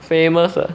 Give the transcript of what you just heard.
famous 的